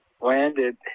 landed